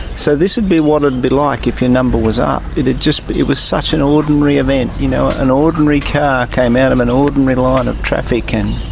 so this'd be what be like if your number was up. it'd just be, it was such an ordinary event, you know, an ordinary car came out of an ordinary line of traffic